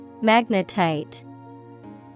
Magnetite